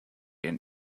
and